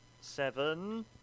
seven